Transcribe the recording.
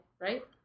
right